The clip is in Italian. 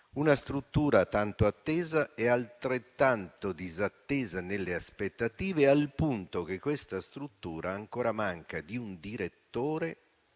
una struttura tanto attesa e altrettanto disattesa nelle aspettative al punto che ancora manca di un direttore